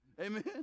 Amen